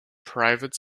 private